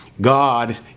God